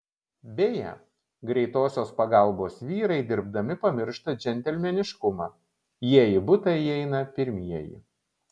beje greitosios pagalbos vyrai dirbdami pamiršta džentelmeniškumą jie į butą įeina pirmieji